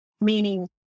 meaning